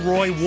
Roy